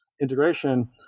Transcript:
integration